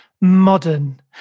modern